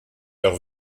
leur